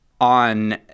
on